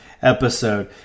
episode